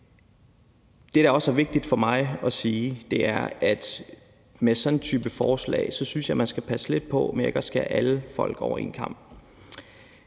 Det, der er også er vigtigt for mig at sige, er, at med sådan en type forslag synes jeg man skal passe lidt på med ikke at skære alle folk over en kam,